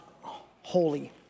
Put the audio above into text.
holy